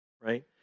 right